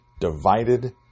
divided